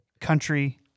country